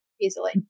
Easily